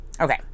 okay